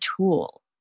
tool